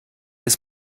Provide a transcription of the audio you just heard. ist